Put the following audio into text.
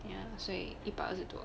ya 所以一百二十多